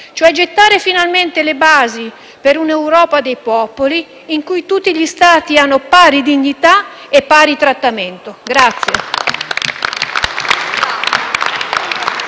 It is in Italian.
cioè gettare finalmente le basi per un'Europa dei popoli in cui tutti gli Stati hanno pari dignità e pari trattamento.